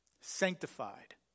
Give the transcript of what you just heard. Sanctified